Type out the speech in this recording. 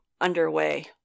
underway